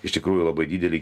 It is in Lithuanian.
iš tikrųjų labai didelį